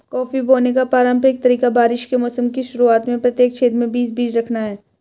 coffee बोने का पारंपरिक तरीका बारिश के मौसम की शुरुआत में प्रत्येक छेद में बीस बीज रखना है